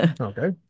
Okay